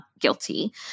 guilty